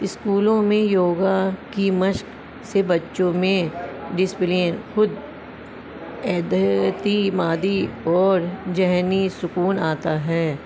اسکولوں میں یوگا کی مشق سے بچوں میں ڈسپلین خود اعتمادی اور ذہنی سکون آتا ہے